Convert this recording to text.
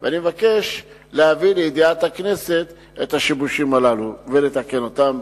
ואני מבקש להביא לידיעת הכנסת את השיבושים הללו ולתקן אותם בפרוטוקול.